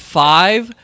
five